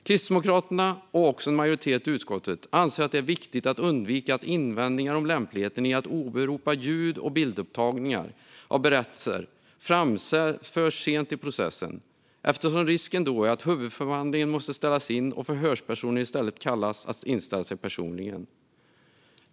Kristdemokraterna och också en majoritet i utskottet anser att det är viktigt att undvika att invändningar mot lämpligheten i att åberopa ljud och bildupptagningar av berättelser framförs sent i processen eftersom risken då är att huvudförhandlingen måste ställas in och förhörspersonen i stället kallas att inställa sig personligen.